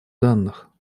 данных